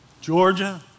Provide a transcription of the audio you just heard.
Georgia